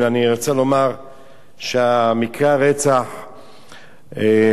אני רוצה לומר שמקרי הרצח האחרונים,